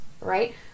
right